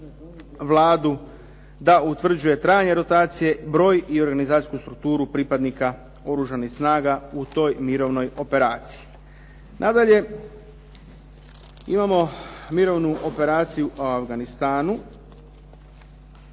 Vladu da utvrđuje trajanje rotacije, broj i organizacijsku strukturu pripadnika Oružanih snaga u toj mirovnoj operaciji. Nadalje, imamo mirovnu operaciju o Afganistanu.